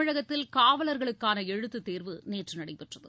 தமிழகத்தில் காவலர்களுக்கான எழுத்துத் தேர்வு நேற்று நடைபெற்றது